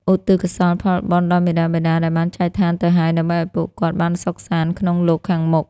ឧទ្ទិសកុសលផលបុណ្យដល់មាតាបិតាដែលបានចែកឋានទៅហើយ ដើម្បីឱ្យពួកគាត់បានសុខសាន្តក្នុងលោកខាងមុខ។